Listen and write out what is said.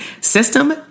system